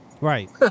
Right